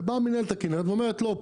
ובאה מינהלת הכנרת ואומרת: "לא,